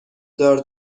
دار